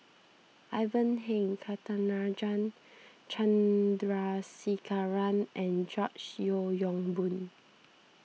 Ivan Heng Catarajan Chandrasekaran and George Yeo Yong Boon